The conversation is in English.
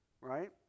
right